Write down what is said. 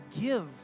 give